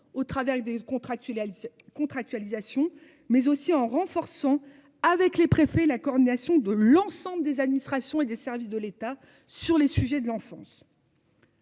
contractuels. Contractualisation mais aussi en renforçant avec les préfets, la coordination de l'ensemble des administrations et des services de l'État sur les sujets de l'enfance.--